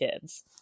kids